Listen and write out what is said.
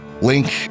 link